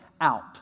out